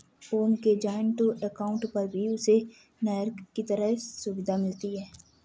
ओम के joint account पर भी उसे हर तरह की सुविधा मिलती है